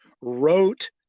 wrote